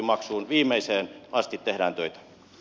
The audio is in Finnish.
viimeiseen asti tehdään töitä